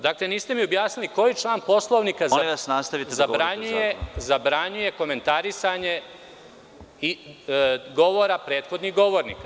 Dakle, niste mi objasnili koji član Poslovnika zabranjuje komentarisanje govora prethodnih govornika.